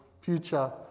future